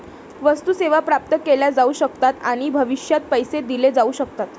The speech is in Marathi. वस्तू, सेवा प्राप्त केल्या जाऊ शकतात आणि भविष्यात पैसे दिले जाऊ शकतात